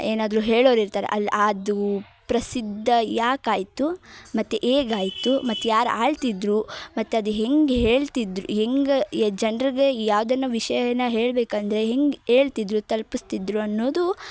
ಏನಾದರು ಹೇಳೋರು ಇರ್ತಾರೆ ಅಲ್ಲಿ ಅದು ಪ್ರಸಿದ್ಧ ಯಾಕಾಯಿತು ಮತ್ತು ಹೇಗಾಯ್ತು ಮತ್ತು ಯಾರು ಆಳ್ತಿದ್ದರು ಮತ್ತು ಅದು ಹೆಂಗೆ ಹೇಳ್ತಿದ್ದರು ಹೆಂಗೆ ಯ ಜನರಿಗೆ ಯಾವುದನ್ನು ವಿಷಯನ ಹೇಳ್ಬೇಕಂದರೆ ಹೆಂಗೆ ಹೇಳ್ತಿದ್ರು ತಲ್ಪಿಸ್ತಿದ್ದರು ಅನ್ನೋದು